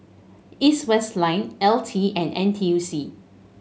East West Land L T and N T U C